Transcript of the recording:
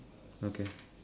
okay